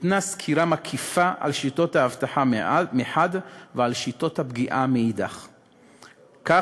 סקירה מקיפה על שיטות האבטחה מחד גיסא ועל שיטות הפגיעה מאידך גיסא,